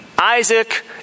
Isaac